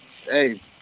hey